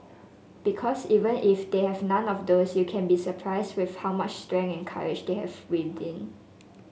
because even if they have none of those you can be surprised with how much strength and courage they have within